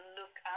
look